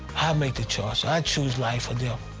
i make the choice. i choose life or death.